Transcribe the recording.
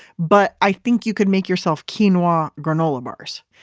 but i think you could make yourself quinoa granola bars.